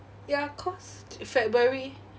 ya cause february